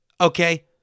okay